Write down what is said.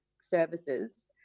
services